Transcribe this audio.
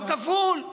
לא כפול,